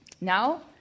Now